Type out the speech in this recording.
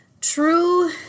true